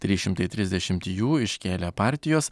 trys šimtai trisdešimt jų iškėlė partijos